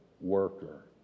worker